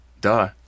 Duh